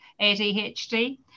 ADHD